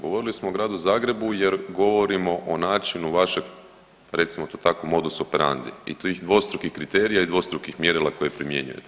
Govorili smo o gradu Zagrebu jer govorimo o načinu vašeg recimo to tako modus operandi i tih dvostrukih kriterija i dvostrukih mjerila koje primjenjujete.